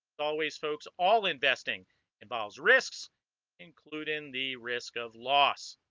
always folks all investing involves risks including the risk of loss